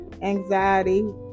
anxiety